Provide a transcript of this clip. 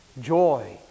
Joy